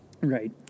Right